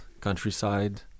Countryside